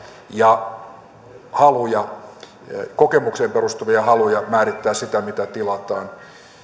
ja kokemukseen perustuvia haluja määrittää sitä mitä tilataan joten